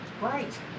right